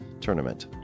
tournament